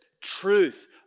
truth